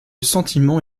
sentiment